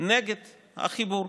נגד החיבור.